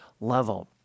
level